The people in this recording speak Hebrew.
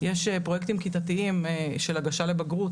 יש פרוייקטים כיתתיים של הגשה לבגרות,